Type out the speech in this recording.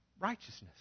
righteousness